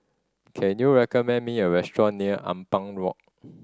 can you recommend me a restaurant near Ampang Walk